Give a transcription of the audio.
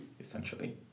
essentially